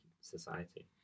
society